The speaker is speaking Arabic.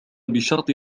بشرط